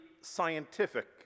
scientific